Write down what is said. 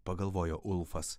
pagalvojo ulfas